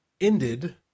ended